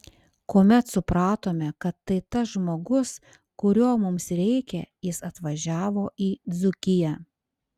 kuomet supratome kad tai tas žmogus kurio mums reikia jis atvažiavo į dzūkiją